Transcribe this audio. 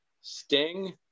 Sting